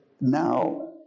now